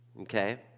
okay